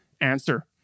Answer